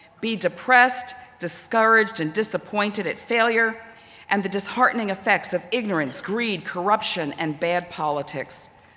be depressed, discouraged, and disappointed at failure and the disheartening effects of ignorance, greed, corruption, and bad politics.